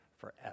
forever